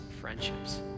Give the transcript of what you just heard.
friendships